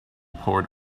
poured